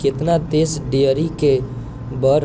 केतना देश डेयरी के बड़